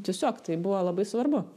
tiesiog tai buvo labai svarbu